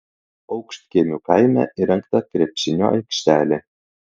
aukštkiemių kaime įrengta krepšinio aikštelė